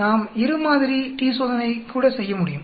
நாம் இரு மாதிரி t சோதனை கூட செய்யமுடியும்